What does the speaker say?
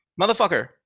Motherfucker